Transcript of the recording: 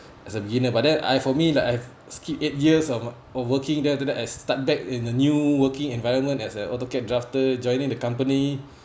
as a beginner but then I for me like I've skipped eight years of working there then after that I start back in the new working environment as a autocad drafter joining the company